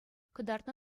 кӑтартнӑ